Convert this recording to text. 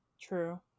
True